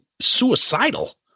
suicidal